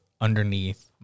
underneath